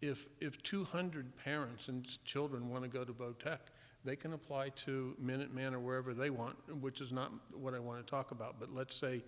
if two hundred parents and children want to go to vote they can apply to minuteman or wherever they want which is not what i want to talk about but let's say